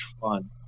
fun